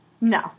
No